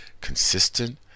consistent